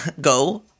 Go